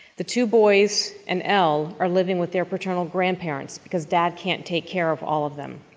the two boys and elle are living with their paternal grandparents because dad can't take care of all of them.